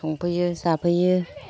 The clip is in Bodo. संफैयो जाफैयो